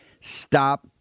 Stop